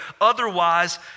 Otherwise